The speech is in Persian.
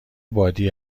بادی